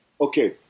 Okay